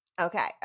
Okay